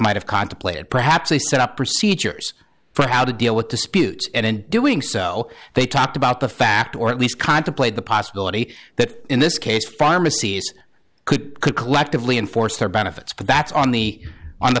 might have contemplated perhaps a set up procedures for how to deal with disputes and in doing sell they talked about the fact or at least contemplate the possibility that in this case pharmacies could could collectively enforce their benefits but that's on the